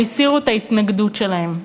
והם הסירו את ההתנגדות שלהם.